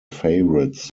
favourites